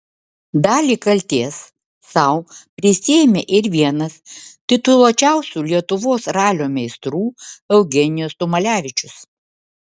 dalį kaltės sau prisiėmė ir vienas tituluočiausių lietuvos ralio meistrų eugenijus tumalevičius